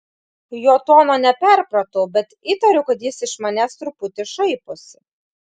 jo tono neperpratau bet įtariau kad jis iš manęs truputį šaiposi